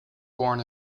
born